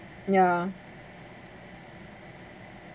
ya